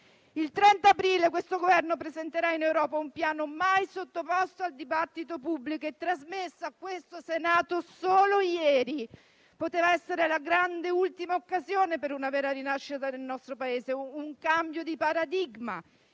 Il 30 aprile questo Governo presenterà in Europa un Piano mai sottoposto al dibattito pubblico e - ripeto - trasmesso al Senato solo ieri. Poteva essere la grande ultima occasione per una vera rinascita del nostro Paese, un cambio di paradigma;